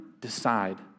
decide